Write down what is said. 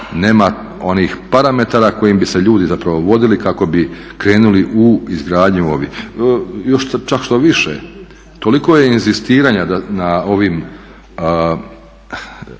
nema onih parametara kojim bi se ljudi zapravo vodili kako bi krenuli u izgradnju ovih. Još čak štoviše toliko je inzistiranja na ovim